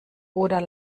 oder